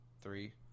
three